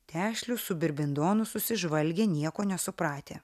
tešlius su birbindonu susižvalgė nieko nesupratę